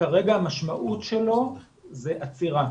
המשמעות שלה היא עצירה.